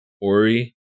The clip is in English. ori